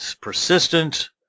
persistent